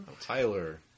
Tyler